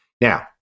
Now